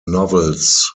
novels